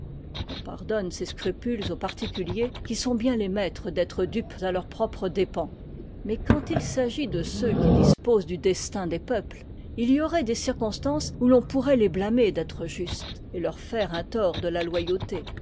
on pardonne ces scrupules aux particuliers qui sont bien les maîtres d'être dupes à leurs propres dépens mais quand il s'agit de ceux qui disposent du destin des peuples il y aurait des circonstances où l'on pourrait les blâmer d'être justes et leur faire un tort de la loyauté